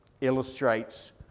illustrates